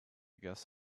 guess